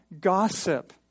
gossip